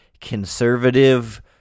conservative